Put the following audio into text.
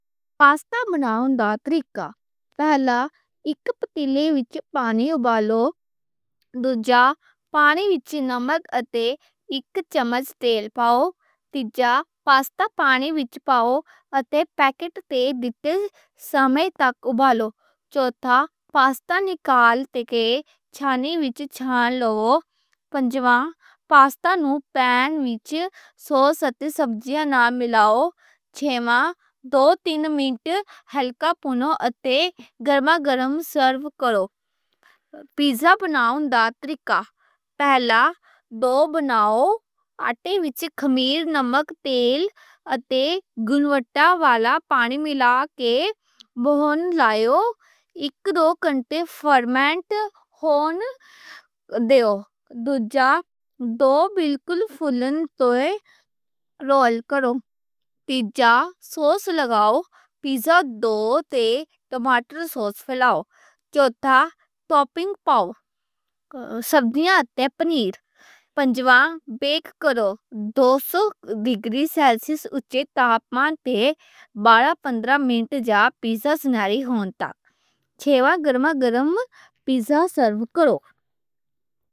پاستا مناؤنا طریقہ، پہلا اک پتیلے وچ پانی اُبالو۔ دوجا، پانی وچ نمک اتے اک چمچ تیل پاؤ۔ تیجا، پاستا پانی وچ پاؤ اتے پیکٹ تے دِتے سمے تک اُبالو۔ چوتھا، پاستا نکال کے چھانی وچ چھان لو۔ پنجواں، پاستا نوں پین وچ سوس اتے سبزیاں نال ملاؤ۔ چھےواں، دو تین منٹ ہلکا پکاؤ اتے گرم گرم سرو کرو۔ پیزا مناؤنا طریقہ پہلا، ڈو آٹے وچ خمیر، نمک، تیل اتے گُنگونا پانی ملا کے گوندھ لاؤ، اک دو کنٹے فرمینٹ ہون دیو۔ دوجا، ڈو بلکل فلیٹ توے رول کرو۔ تیجا، سوس لاؤ، پیزا تے ٹماٹر سوس پھیلاو۔ چوتھا، ٹاپنگ پاؤ، سبزیاں اتے پنیر۔ پنجواں، بیک کرو دو سو ڈگری سیلسیئس اُتے، یا جدوں پیزا سنہری ہون تاں۔ چھےواں، گرم گرم پیزا سرو کرو۔